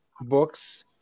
books